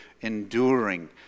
enduring